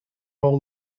all